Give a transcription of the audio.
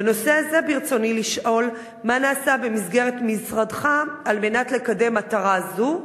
בנושא הזה ברצוני לשאול: מה נעשה במסגרת משרדך על מנת לקדם מטרה זו,